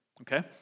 Okay